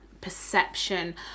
perception